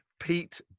Pete